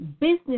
business